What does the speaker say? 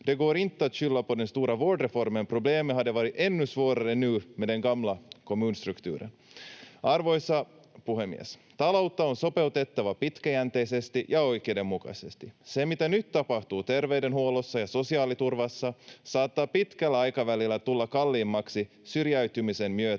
Arvoisa puhemies! Taloutta on sopeutettava pitkäjänteisesti ja oikeudenmukaisesti. Se, mitä nyt tapahtuu terveydenhuollossa ja sosiaaliturvassa, saattaa pitkällä aikavälillä tulla kalliimmaksi syrjäytymisen myötä,